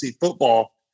football